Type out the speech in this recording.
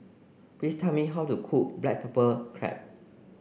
please tell me how to cook Black Pepper Crab